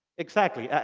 exactly.